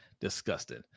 Disgusting